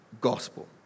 gospel